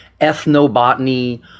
ethnobotany